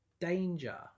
danger